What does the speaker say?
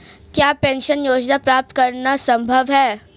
क्या पेंशन योजना प्राप्त करना संभव है?